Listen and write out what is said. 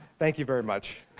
thank you very much.